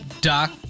Doc